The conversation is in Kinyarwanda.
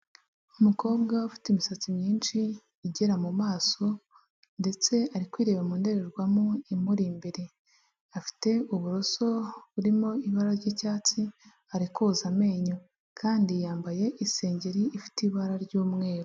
Umukobwa ufite imisatsi myinshi, igera mu maso, ndetse ari kwireba mu ndorerwamo imuri imbere. Afite uburoso burimo ibara ry'icyatsi, ari koza amenyo. Kandi yambaye isengeri ifite ibara ry'umweru.